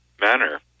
manner